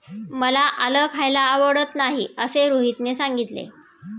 मला आलं खायला आवडत नाही असे रोहितने सांगितले